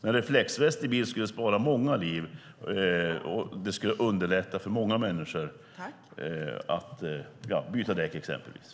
En reflexväst i bil skulle spara många liv, och det skulle underlätta för många människor när man exempelvis ska byta däck.